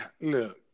look